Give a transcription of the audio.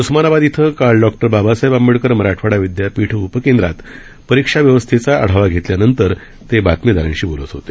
उस्मानाबाद इथं काल डॉक्टर बाबासाहेब आंबेडकर मराठवाडा विद्यापीठ उपर्केद्रात परीक्षा व्यवस्थेचा आढावा घेतल्यानंतर ते वार्ताहरांशी बोलत होते